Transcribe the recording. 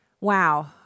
Wow